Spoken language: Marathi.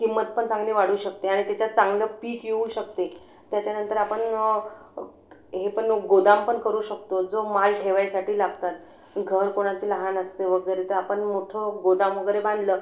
किंमत पण चांगली वाढू शकते आणि त्याच्यात चांगलं पीक येऊ शकते त्याच्यानंतर आपण हे पण गोदामपन करू शकतो जो माल ठेवायसाठी लागतात घर कोणाचे लहान असतं वगैरे तर आपन मोठं गोदाम वगैरे बांधलं